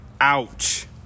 Ouch